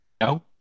No